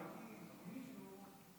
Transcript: אדוני היושב-ראש,